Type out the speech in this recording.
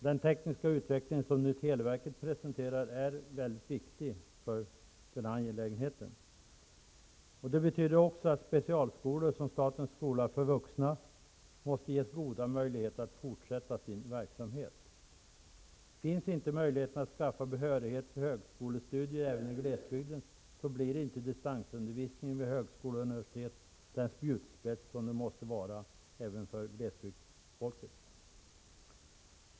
Den tekniska utvecklingen som televerket presenterar är därför mycket viktig för denna angelägenhet. Detta betyder också att specialskolor, som statens skola för vuxna, måste ges goda möjligheter att fortsätta sin verksamhet. Finns inte möjligheten att skaffa behörighet för högskolestudier även i glesbygden blir inte distansundervisningen vid högskolor och universitet den spjutspets som den måste vara även för folket i glesbygden.